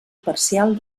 parcial